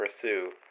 pursue